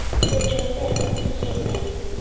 so jotham became mighty,